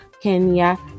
Kenya